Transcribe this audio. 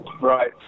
Right